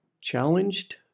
challenged